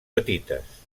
petites